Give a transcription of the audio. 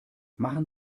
machen